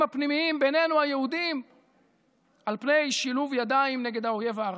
הפנימיים בינינו היהודים על פני שילוב ידיים נגד האויב הערבי,